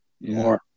more